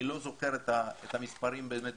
אני לא זוכר את המספרים במדויק,